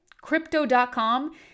Crypto.com